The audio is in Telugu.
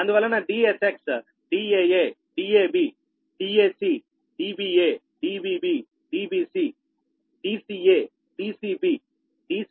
అందువలన Dsx Daa Dab Dac Dba Dbb Dbc Dca Dcb Dcc